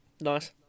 Nice